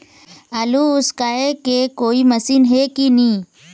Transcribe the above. आलू उसकाय के कोई मशीन हे कि नी?